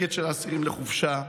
מדורגת של אסירים לחופשה.